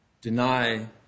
deny